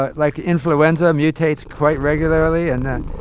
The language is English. ah like, influenza mutates quite regularly, and